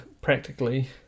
practically